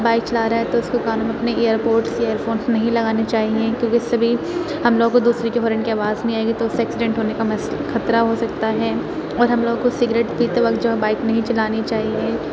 bike چلا رہا ہے تو اُس کو کانوں میں اپنے ایئر پوڈس یا ایئر فونس نہیں لگانے چاہئیں کیونکہ اُس سے بھی ہم لوگوں کو دوسرے کے ہارن کی آواز نہیں آئے گی تو اُس سے ایکسیڈنٹ ہونے کا مس خطرہ ہو سکتا ہے اور ہم لوگوں کو سگریٹ پیتے وقت جو ہے بائک نہیں چلانی چاہیے